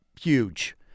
huge